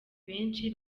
benshi